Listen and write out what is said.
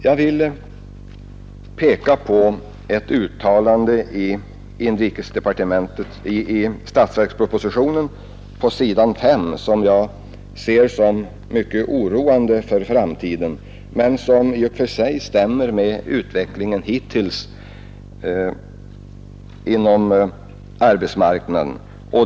Jag vill till sist peka på ett uttalande på s. 5 i statsverkspropositionens bilaga 13 som jag ser som mycket oroande för framtiden men som i och för sig stämmer med utvecklingen hittills inom arbetsmarknaden.